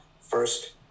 first